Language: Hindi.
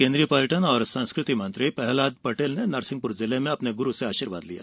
केन्द्रीय पर्यटन और संस्कृति मंत्री प्रहलाद पटेल ने नरसिंहपुर जिले में अपने गुरू से आशीर्वाद लिया